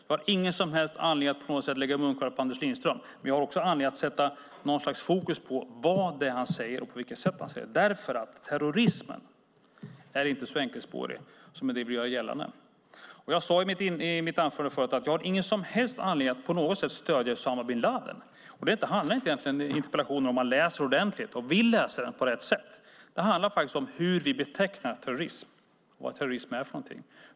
Jag har ingen som helst anledning att lägga munkavle på Anders Lindström, men jag har anledning att sätta fokus på vad han säger och på vilket sätt han säger det. Terrorismen är inte så enkelspårig som en del vill göra gällande. Jag sade i mitt anförande att jag inte har någon som helst anledning att stödja Usama bin Ladin, och min interpellation handlar inte om det - det ser man om man läser den ordentligt och vill läsa den på rätt sätt. Det handlar om hur vi betecknar terrorism och vad terrorism är.